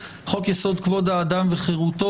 חוק יסוד: כבוד האדם וחירותו,